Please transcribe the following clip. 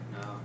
No